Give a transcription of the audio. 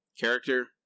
character